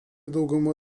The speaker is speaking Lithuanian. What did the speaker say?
dauguma